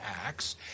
Acts